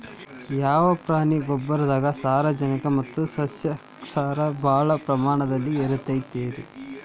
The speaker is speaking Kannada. ಯಾವ ಪ್ರಾಣಿಯ ಗೊಬ್ಬರದಾಗ ಸಾರಜನಕ ಮತ್ತ ಸಸ್ಯಕ್ಷಾರ ಭಾಳ ಪ್ರಮಾಣದಲ್ಲಿ ಇರುತೈತರೇ?